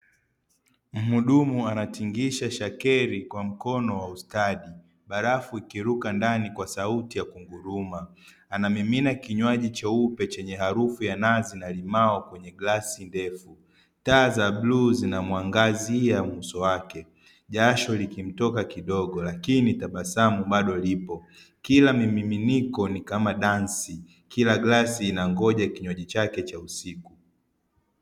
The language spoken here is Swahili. Mhudumu anatingisha shekeli kwa mkono wa ustadi, barafu ikiruka ndani kwa sauti ya kunguruma. Anamimina kinywaji cheupe chenye harufu ya nazi na limao kwenye glasi ndefu. Taa za bluu zinamuangazia uso wake, jasho likimtoka kidogo lakini tabasamu bado lipo. Kila mimiminiko ni kama dansi, kila glasi inangoja kinywaji chake cha usiku.